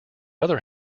other